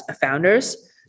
founders